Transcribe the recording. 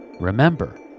Remember